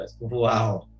Wow